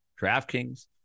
DraftKings